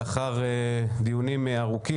לאחר דיונים ארוכים,